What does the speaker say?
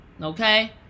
okay